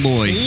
Boy